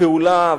הפעולה,